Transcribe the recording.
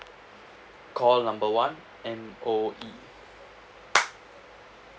call number one M_O_E